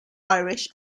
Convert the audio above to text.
irish